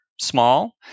small